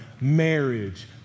marriage